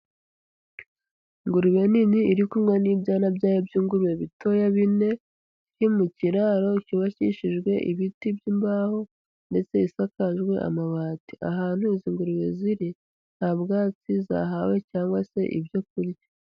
Ingurube nini iri kumwe n'ibyana byayo by'ingurube bitoya bine, biri mu kiraro cyubakishijwe ibiti by'imbaho ndetse isakajwe amabati, ahantu izi ngurube ziri nta bwatsi zahawe cyangwa se ibyo kurya.